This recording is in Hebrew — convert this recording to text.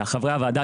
מחברי הוועדה,